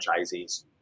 franchisees